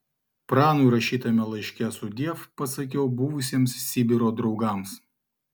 pranui rašytame laiške sudiev pasakiau buvusiems sibiro draugams